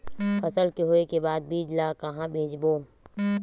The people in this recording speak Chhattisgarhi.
फसल के होय के बाद बीज ला कहां बेचबो?